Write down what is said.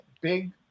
big